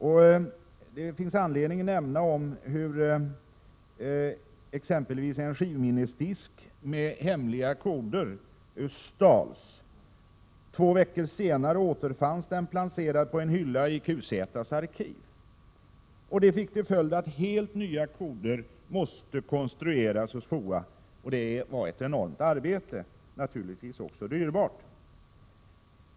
Och det finns anledning att erinra om hur exempelvis en skivminnesdisk med hemliga koder stals och två veckor senare återfanns placerad på en hylla i QZ:s arkiv. Det fick till följd att helt nya koder måste konstrueras hos FOA. Det var ett enormt arbete och naturligtvis också dyrbart.